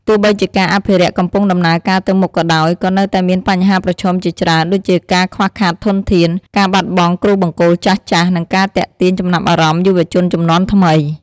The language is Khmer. ទោះបីជាការអភិរក្សកំពុងដំណើរការទៅមុខក៏ដោយ ក៏នៅតែមានបញ្ហាប្រឈមជាច្រើន ដូចជាការខ្វះខាតធនធាន ការបាត់បង់គ្រូបង្គោលចាស់ៗ និងការទាក់ទាញចំណាប់អារម្មណ៍យុវជនជំនាន់ថ្មី។